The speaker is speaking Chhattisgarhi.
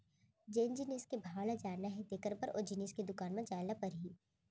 जेन जिनिस के भाव ल जानना हे तेकर बर ओ जिनिस के दुकान म जाय ल परही